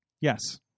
Yes